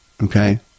Okay